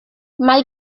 mae